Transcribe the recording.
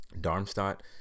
Darmstadt